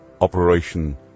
operation